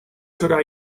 could